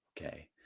Okay